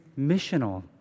missional